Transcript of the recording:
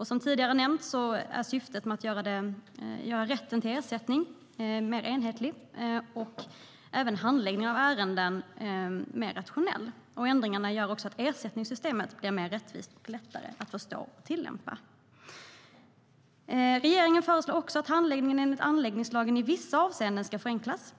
Som tidigare nämnts är syftet att göra rätten till ersättning mer enhetlig och även göra handläggningen av ärenden mer rationell. Ändringarna gör att ersättningssystemet blir mer rättvist och lättare att förstå och tillämpa. Regeringen föreslår att handläggningen enligt anläggningslagen i vissa avseenden ska förenklas.